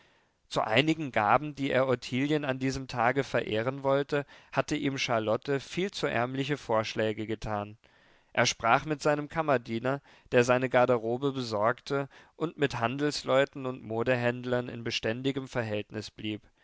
zu einigen gaben die er ottilien an diesem tage verehren wollte hatte ihm charlotte viel zu ärmliche vorschläge getan er sprach mit seinem kammerdiener der seine garderobe besorgte und mit handelsleuten und modehändlern in beständigem verhältnis blieb